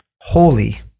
holy